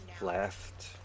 left